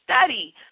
study